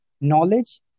knowledge